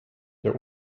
der